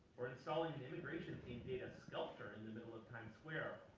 or installing the immigration team data sculpture in the middle of times square,